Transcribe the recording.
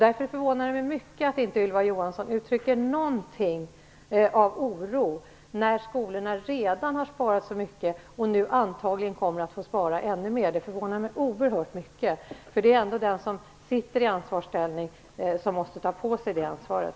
Därför förvånar det mig mycket att Ylva Johansson inte uttrycker någon som helst oro, trots att skolorna redan har sparat så mycket och antagligen kommer att få spara ännu mer. Det förvånar mig oerhört mycket. Det är ändå den som sitter i ansvarig ställning som måste ta på sig det ansvaret.